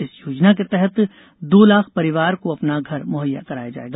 इस योजना के तहत दो लाख परिवार को अपना घर मुहैया कराया जाएगा